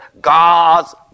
God's